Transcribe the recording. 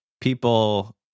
people